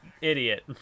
idiot